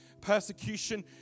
persecution